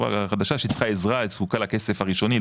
חברה חדשה שהיא צריכה עזרה היא זקוקה לכסף הראשוני.